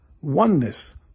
oneness